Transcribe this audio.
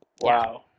Wow